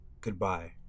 goodbye